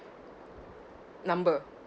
number